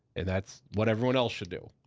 and that's what everyone else should do.